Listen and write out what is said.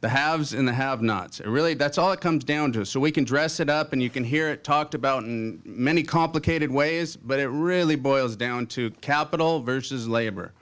the haves and the have nots really that's all it comes down to so we can dress it up and you can hear it talked about many complicated ways but it really boils down to capital versus labor